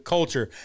Culture